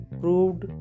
proved